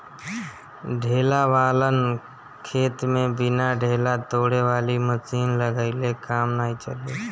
ढेला वालन खेत में बिना ढेला तोड़े वाली मशीन लगइले काम नाइ चली